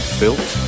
built